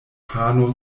pano